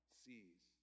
sees